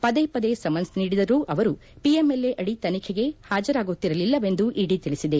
ಪದೇ ಪದೇ ಸಮನ್ನ್ ನೀಡಿದರೂ ಅವರು ಪಿಎಂಎಲ್ಎ ಅಡಿ ತನಿಖೆಗೆ ಹಾಜರಾಗುತ್ತಿರಲಿಲ್ಲವೆಂದು ಇದಿ ತಿಳಿಸಿದೆ